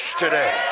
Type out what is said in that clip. today